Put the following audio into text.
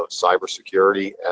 cybersecurity